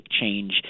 change